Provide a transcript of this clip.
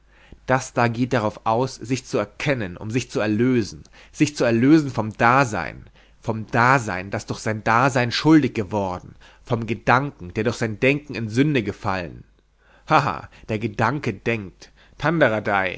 das da geht darauf aus sich zu erkennen um sich zu erlösen sich zu erlösen vom dasein vom dasein das durch sein da sein schuldig geworden vom gedanken der durch sein denken in sünde gefallen haha der gedanke denkt